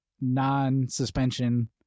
non-suspension